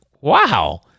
wow